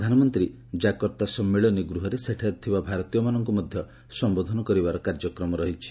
ପ୍ରଧାନମନ୍ତ୍ରୀ ଜାକର୍ତ୍ତା ସମ୍ମିଳନୀ ଗୃହରେ ସେଠାରେ ଥିବା ଭାରତୀୟମାନଙ୍କୁ ମଧ୍ୟ ସମ୍ବୋଧନ କରିବାର କାର୍ଯ୍ୟକ୍ରମ ରହିଛି